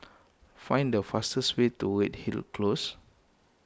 find the fastest way to Redhill Close